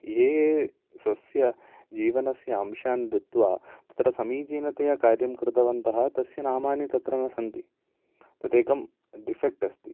ये स्वस्य जीवनस्य अंशान् दत्त्वा तत्र समीचीनतया कार्यं कृतवन्तः तस्य नामानि तत्र न सन्ति तदेकं डिफेक्ट् अस्ति